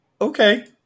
okay